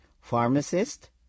Pharmacist